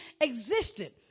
existed